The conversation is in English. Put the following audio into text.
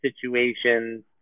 situations